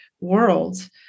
world